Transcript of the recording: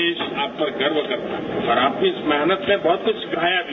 देश आप पर गर्व करता है और आपकी इस मेहनत ने बहुत कुछ सिखाया भी